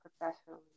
professionally